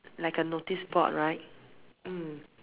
like a notice board right mm